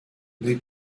muy